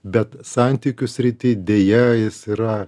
bet santykių srity deja jis yra